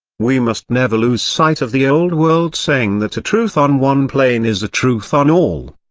we must never lose sight of the old-world saying that a truth on one plane is a truth on all.